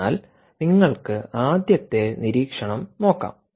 അതിനാൽ നിങ്ങൾക്ക് ആദ്യത്തെ നിരീക്ഷണം നോക്കാം